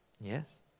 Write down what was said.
yes